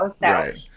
right